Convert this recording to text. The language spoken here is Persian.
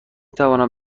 توانم